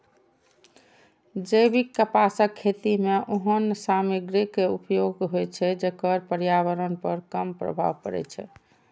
जैविक कपासक खेती मे ओहन सामग्रीक उपयोग होइ छै, जेकर पर्यावरण पर कम प्रभाव पड़ै छै